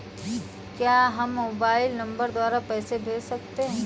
क्या हम mobile number द्वारा पैसे भेज सकते हैं?